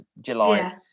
july